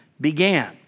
began